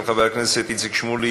של חבר הכנסת איציק שמולי,